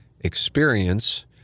experience